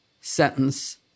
sentence